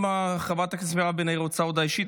אם חברת הכנסת מירב בן ארי רוצה הודעה אישית,